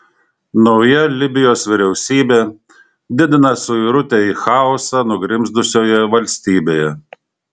nauja libijos vyriausybė didina suirutę į chaosą nugrimzdusioje valstybėje